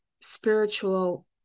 spiritual